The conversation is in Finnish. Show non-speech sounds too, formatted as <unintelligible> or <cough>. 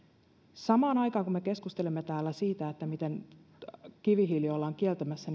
samaan aikaan kun me keskustelemme täällä siitä miten kivihiili ollaan kieltämässä <unintelligible>